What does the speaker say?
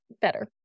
better